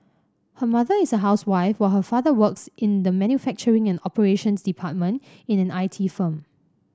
her mother is a housewife while her father works in the manufacturing and operations department at an I T firm